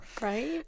Right